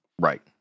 Right